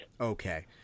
Okay